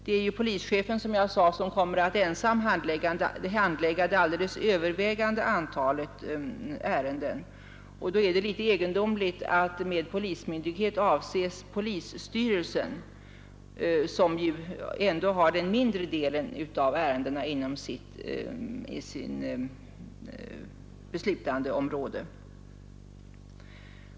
Det är, som jag sade, polischefen som ensam kommer att handlägga det alldeles övervägande antalet ärenden, och då är det egendomligt att med polismyndighet skall avses polisstyrelsen, som ju ändå har den mindre delen av ärendena inom sitt beslutandeområde.